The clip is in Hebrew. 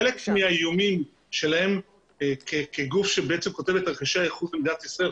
חלק מהאיומים כגוף שכותב את תרחישי הייחוס למדינת ישראל,